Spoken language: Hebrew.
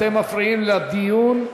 אתם מפריעים לדיון,